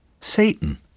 Satan